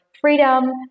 freedom